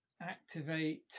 activate